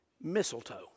Mistletoe